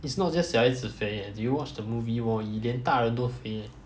it's not just 小孩子肥 eh did you watch the movie wall E 连大人都肥 leh